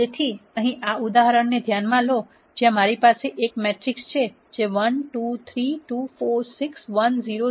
તેથી અહીં આ ઉદાહરણને ધ્યાનમાં લો જ્યાં મારી પાસે આ એક મેટ્રિક્સ છે જે 1 2 3 2 4 6 1 0 0